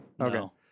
Okay